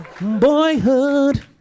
Boyhood